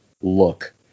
look